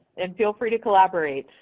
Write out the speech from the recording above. and feel free to collaborate.